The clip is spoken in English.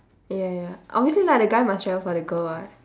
ya ya obviously lah the guy must travel for the girl [what]